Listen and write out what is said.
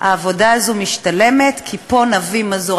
העבודה הזאת משתלמת כי פה נביא מזור.